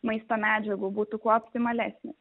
maisto medžiagų būtų kuo optimalesnis